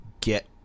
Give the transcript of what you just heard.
get